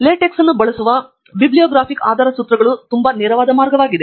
LaTeX ಅನ್ನು ಬಳಸುವ bibliographic ಆಧಾರಸೂತ್ರಗಳು ತುಂಬಾ ನೇರವಾದ ಮಾರ್ಗವಾಗಿದೆ